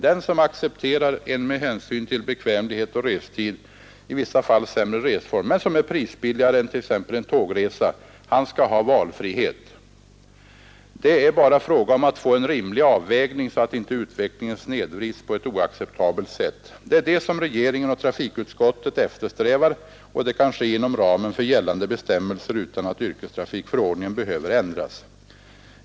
Den som accepterar en med hänsyn till bekvämlighet och restid i vissa fall sämre resform, som dock är prisbilligare än t.ex. en tågresa, skall ha valfrihet. Det är bara fråga om att få en rimlig avvägning så att inte utvecklingen snedvrids på ett oacceptabelt sätt. Det är detta som regeringen och trafikutskottet eftersträvar, och det kan ske inom ramen för gällande bestämmelser utan att yrkestrafikförordningen behöver ändras.